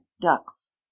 ducks